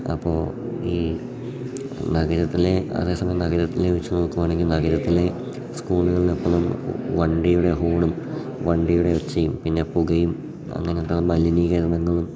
അപ്പോൾ ഈ നഗരത്തിലെ അതേ സമയം നഗരത്തിലെ വെച്ച് നോക്കുവാണെങ്കിൽ നഗരത്തിലെ സ്കൂളുകളിൽ എപ്പോഴും വണ്ടിയുടെ ഹോണും വണ്ടിയുടെ ഒച്ചയും പിന്നെ പുകയും അങ്ങനത്തെ മലിനീകരണങ്ങളും